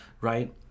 Right